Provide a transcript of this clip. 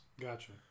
gotcha